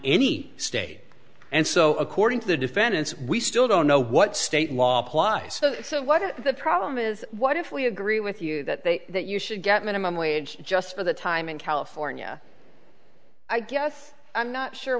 any state and so according to the defendants we still don't know what state law applies so what the problem is what if we agree with you that they that you should get minimum wage just for the time in california i guess i'm not sure